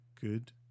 good